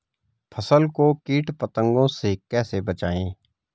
फसल को कीट पतंगों से कैसे बचाएं?